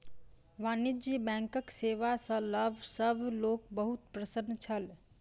वाणिज्य बैंकक सेवा सॅ सभ लोक बहुत प्रसन्न छल